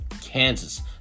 Kansas